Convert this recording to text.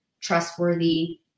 trustworthy